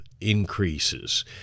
increases